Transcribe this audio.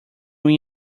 win